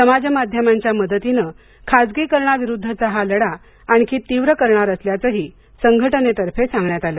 समाजमाध्यमांच्या मदतीने खाजगीकरणाविरुद्धचा हा लढा आणखी तीव्र करणार असल्याचंही संघटनेतर्फे सांगण्यात आलं